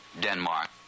Denmark